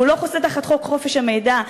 הוא לא חוסה תחת חוק חופש המידע,